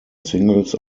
singles